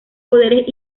poderes